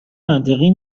منطقی